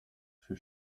für